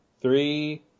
three